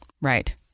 right